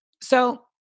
So-